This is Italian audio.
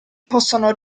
possono